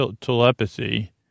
telepathy